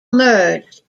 merged